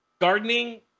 gardening